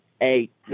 eight